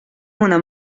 una